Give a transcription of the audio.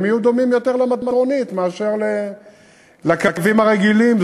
הם יהיו דומים יותר למטרונית מאשר לקווים הרגילים.